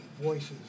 voices